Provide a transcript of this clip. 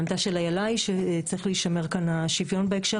העמדה של איל"ה היא שצריך להישמר כאן השוויון בהקשר